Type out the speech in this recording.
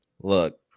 Look